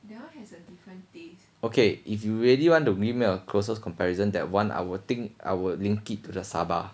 okay if you really want to really make a closest comparison that one I will think I will link it to the saba